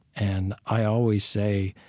and i always say,